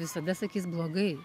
visada sakys blogai